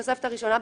בתוספת הראשונה,